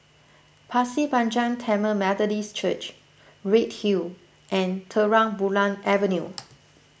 Pasir Panjang Tamil Methodist Church Redhill and Terang Bulan Avenue